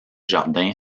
jardins